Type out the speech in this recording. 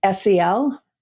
SEL